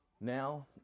now